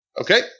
Okay